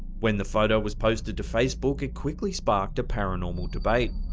when the photo was posted to facebook, it quickly sparked a paranormal debate.